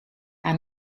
aan